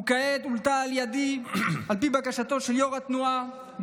וכעת הועלתה על ידי על פי בקשתו של יו"ר התנועה,